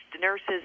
nurses